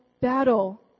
battle